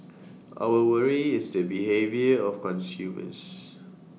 our worry is the behaviour of consumers